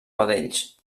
vedells